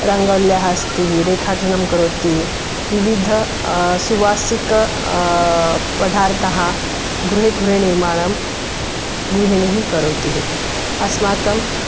रङ्गवल्यः अस्ति रेखाटनं करोति विविध सुवासिक पदार्तः गृहे गृहे निर्माणं गृहिणी करोतिः अस्माकं